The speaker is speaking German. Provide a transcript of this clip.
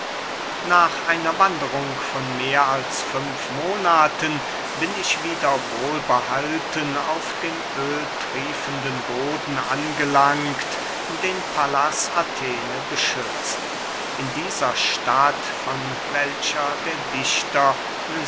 nach einer wanderung von mehr als fünf monaten bin ich wieder wohlbehalten auf dem öhltriefenden boden angelangt den pallas athene beschützt in dieser stadt von welcher der dichter